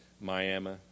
Miami